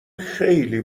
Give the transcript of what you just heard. خیلی